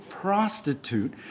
prostitute